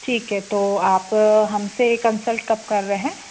ठीक है तो आप हम से कंसल्ट कब कर रहे हैं